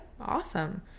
Awesome